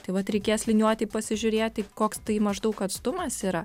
tai vat reikės liniuotėj pasižiūrėti koks tai maždaug atstumas yra